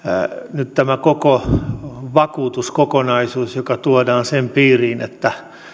nyt tämä koko vakuutuskokonaisuus joka tuodaan sen piiriin että